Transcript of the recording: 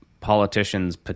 politicians